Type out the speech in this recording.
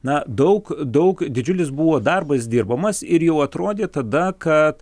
na daug daug didžiulis buvo darbas dirbamas ir jau atrodė tada kad